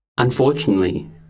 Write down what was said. Unfortunately